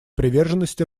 приверженности